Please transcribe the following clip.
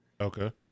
Okay